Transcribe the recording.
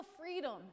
freedom